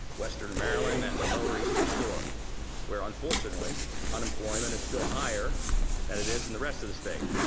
western maryland and the lower eastern shore where unfortunately unemployment is still higher than it is in the rest of the state,